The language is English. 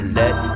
let